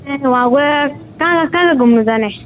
ए वहाँ गएर कहाँ कहाँ कहाँ कहाँ घुम्नु जाने